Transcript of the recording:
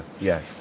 yes